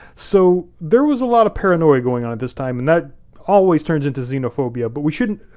so there was a lot of paranoia going on at this time and that always turns into xenophobia, but we shouldn't